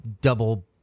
double